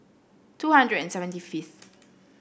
two hundred and seventy fifth